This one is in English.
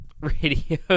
Radio